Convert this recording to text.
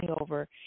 over